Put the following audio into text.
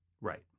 Right